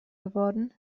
geworden